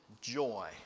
joy